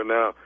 Now